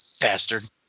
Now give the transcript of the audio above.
bastard